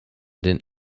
den